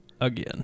Again